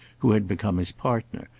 who had become his partner,